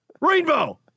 Rainbow